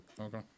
Okay